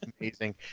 amazing